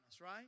right